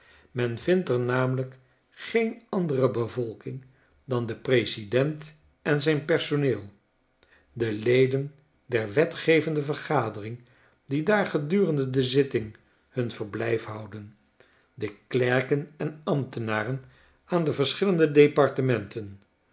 men vindt er namelijk geen andere bevolking dan de president en zijn personeel de ieden der wetgevende vergadering die daar gedurende de zitting hun verblijf houden de klerken en ambtenaren aan de verschillende departementen